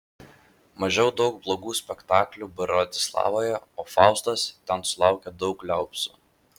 mačiau daug blogų spektaklių bratislavoje o faustas ten sulaukė daug liaupsių